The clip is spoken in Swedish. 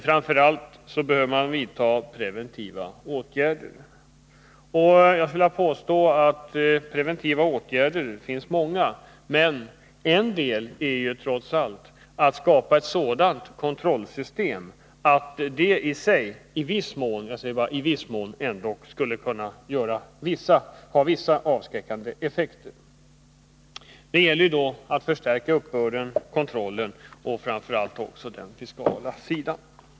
Framför allt behövs preventiva åtgärder, och det finns många sådana. En är att skapa ett sådant kontrollsystem att det i sig skulle kunna ha vissa avskräckande effekter. Det gäller då att förstärka uppbörden, kontrollen och framför allt den fiskala sidan.